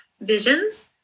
visions